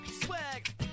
Swag